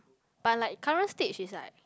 but like current stage is like